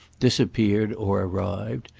disappeared or arrived,